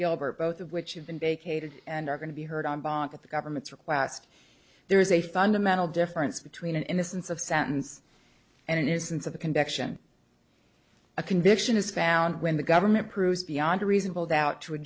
gilbert both of which have been vacated and are going to be heard on bond at the government's request there is a fundamental difference between innocence of sentence and it isn't of the connection a conviction is found when the government proves beyond a reasonable doubt to a